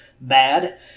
bad